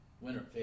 Winner